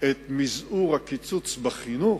את מזעור הקיצוץ בחינוך,